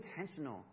intentional